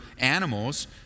animals